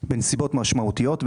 בנסיבות משמעותיות,